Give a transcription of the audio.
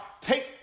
Take